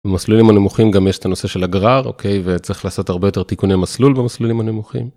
מסלולים הנמוכים גם יש את הנושא של הגרר אוקיי וצריך לעשות הרבה יותר תיקוני מסלול במסלולים הנמוכים.